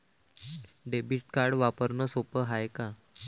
Debit card वापरणं सोप हाय का?